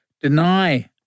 deny